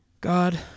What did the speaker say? God